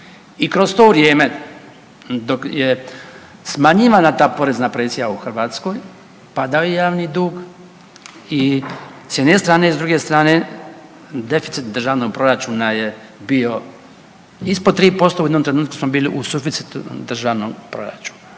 i kroz to vrijeme dok je smanjivanja ta porezna presija u Hrvatskoj padao je javni dug i s jedne strane i s druge strane deficit državnog proračuna je bio ispod 3% u jednom trenutku smo bili u suficitu državnog proračuna.